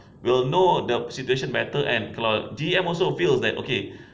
will know the situation better and kalau G_M also feels that okay